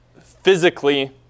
physically